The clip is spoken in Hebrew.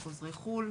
חוזרי חו"ל,